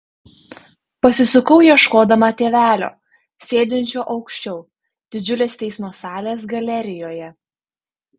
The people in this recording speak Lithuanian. pasisukau ieškodama tėvelio sėdinčio aukščiau didžiulės teismo salės galerijoje